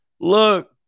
Look